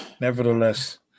Nevertheless